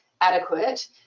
adequate